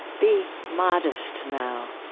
be modest now,